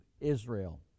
Israel